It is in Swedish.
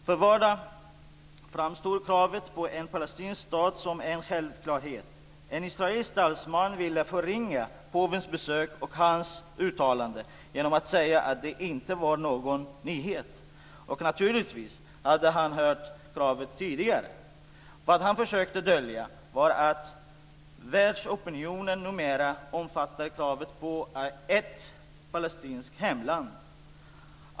För var dag framstår kravet på en palestinsk stat som en självklarhet. En israelisk talesman ville förringa påvens besök och hans uttalande genom att säga att det inte var någon nyhet. Och naturligtvis hade han hört kravet tidigare. Vad han försökte dölja var att världsopinionen numera omfattar kravet på ett palestinskt hemland.